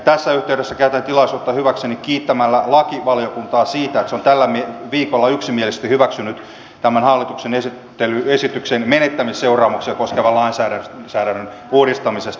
tässä yhteydessä käytän tilaisuutta hyväkseni kiittääkseni lakivaliokuntaa siitä että se on tällä viikolla yksimielisesti hyväksynyt tämän hallituksen esityksen menettämisseuraamuksia koskevan lainsäädännön uudistamisesta